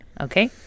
okay